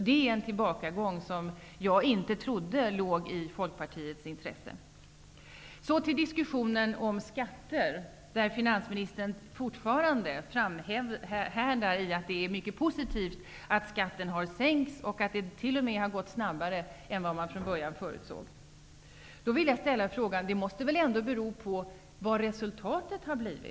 Det är en tillbakagång som jag inte trodde låg i Folkpartiets intresse. Så till diskussionen om skatterna. Finansministern framhärdar fortfarande i att det är positivt att skatterna har sänkts och att det t.o.m. har gått snabbare än vad som förutsågs från början. Men det måste väl ändå bero på vad resultatet har blivit?